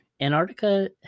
Antarctica